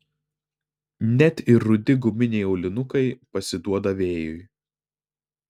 net ir rudi guminiai aulinukai pasiduoda vėjui